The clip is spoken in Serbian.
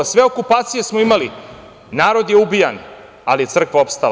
Sve okupacije smo imali, narod je ubijan, ali je crkva opstala.